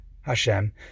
Hashem